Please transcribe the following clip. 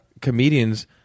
comedians